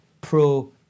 pro